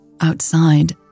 Outside